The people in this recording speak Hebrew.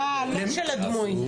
אה, לא של הדמוי.